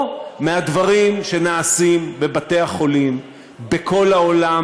או מהדברים שנעשים בבתי-החולים בכל העולם